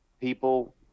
people